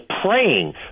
praying